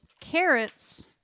Carrots